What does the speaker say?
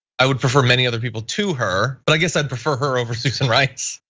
i would prefer many other people to her. but i guess i'd prefer her over susan rice.